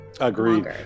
agreed